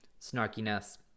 snarkiness